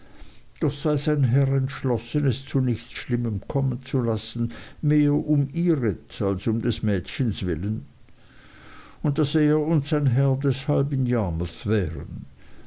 doch sei sein herr entschlossen es zu nichts schlimmem kommen zu lassen mehr um ihret als um des mädchens willen und daß er und sein herr deshalb in yarmouth wären